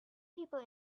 people